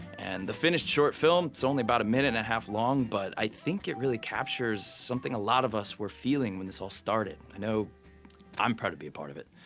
and the finished short film, it's only about a minute and a half long, but i think it really captures something a lot of us were feeling when this all started. i know i'm proud to be a part of it.